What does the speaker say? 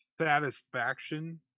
satisfaction